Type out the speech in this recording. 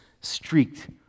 streaked